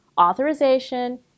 authorization